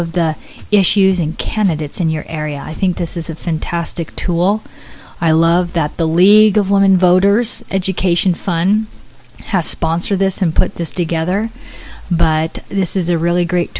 of the issues in candidates in your area i think this is a fantastic tool i love that the league of women voters education fine has sponsored this and put this together but this is a really great